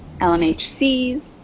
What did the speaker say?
LMHCs